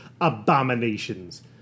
abominations